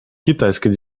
китайская